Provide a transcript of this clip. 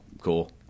cool